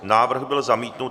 Návrh byl zamítnut.